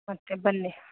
okay ಬನ್ನಿ